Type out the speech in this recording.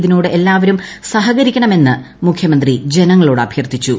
ഇതിനോട് എല്ലാവരും സഹകരിക്കണമെന്ന് മുഖ്യമന്ത്രി ജനങ്ങളോടഭ്യർത്ഥിച്ചു